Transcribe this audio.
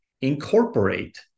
incorporate